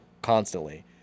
constantly